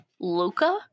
Luca